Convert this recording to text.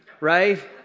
right